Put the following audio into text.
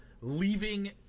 leaving